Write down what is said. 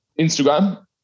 Instagram